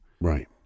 Right